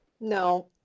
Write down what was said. no